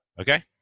Okay